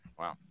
Wow